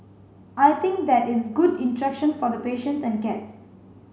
I think that it's good interaction for the patients and cats